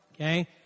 okay